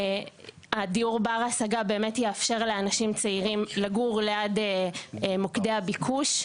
דיור בר השגה באמת יאפשר לאנשים צעירים לגור ליד מוקדי הביקוש.